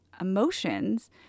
emotions